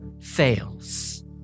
fails